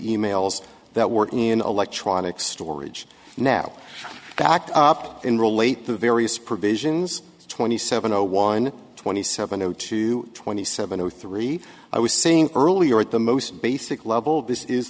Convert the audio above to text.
e mails that were in electronic storage now backed up in relate to various provisions twenty seven zero one twenty seven zero two twenty seven zero three i was saying earlier at the most basic level this is